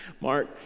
Mark